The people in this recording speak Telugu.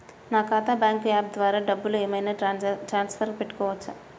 నా ఖాతా బ్యాంకు యాప్ ద్వారా డబ్బులు ఏమైనా ట్రాన్స్ఫర్ పెట్టుకోవచ్చా?